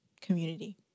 community